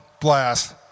blast